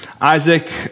Isaac